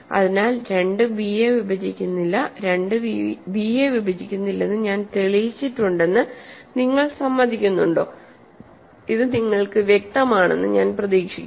അതിനാൽ 2 ബി യെ വിഭജിക്കുന്നില്ല 2 ബി യെ വിഭജിക്കുന്നില്ലെന്ന് ഞാൻ തെളിയിച്ചിട്ടുണ്ടെന്ന് നിങ്ങൾ സമ്മതിക്കുന്നുണ്ടോ ഇത് നിങ്ങൾക്ക് വ്യക്തമാണെന്ന് ഞാൻ പ്രതീക്ഷിക്കുന്നു